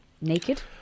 naked